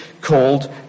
called